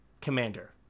Commander